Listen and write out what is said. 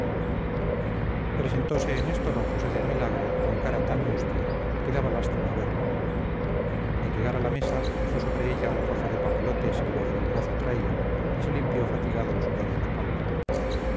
presentose en esto d josé del milagro con cara tan mustia que daba lástima verle al llegar a la mesa dejó sobre ella un fajo de papelotes que bajo el brazo traía y se limpió fatigado el sudor de la calva